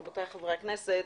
רבותיי חברי הכנסת,